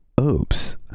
oops